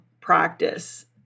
practice